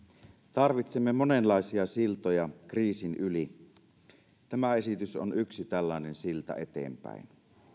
tarvitsemme monenlaisia siltoja kriisin yli tämä esitys on yksi tällainen silta eteenpäin